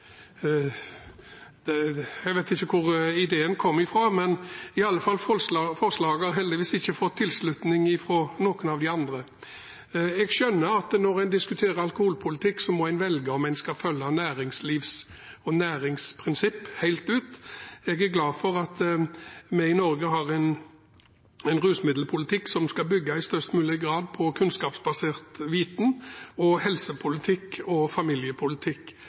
jeg vet ikke hvor ideen kom fra, men i alle fall har forslaget heldigvis ikke fått tilslutning fra noen av de andre. Jeg skjønner at når en diskuterer alkoholpolitikk, må en velge om en skal følge næringslivs- og næringsprinsipp helt ut. Jeg er glad for at vi i Norge har en rusmiddelpolitikk som skal bygge i størst mulig grad på kunnskapsbasert viten, helsepolitikk og familiepolitikk,